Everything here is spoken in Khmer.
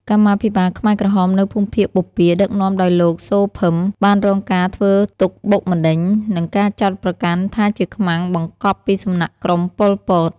កម្មាភិបាលខ្មែរក្រហមនៅភូមិភាគបូព៌ាដឹកនាំដោយលោក សូ ភឹម បានរងការធ្វើទុក្ខបុកម្នេញ និងការចោទប្រកាន់ថាជាខ្មាំងបង្កប់ពីសំណាក់ក្រុម ប៉ុល ពត។